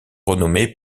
renommée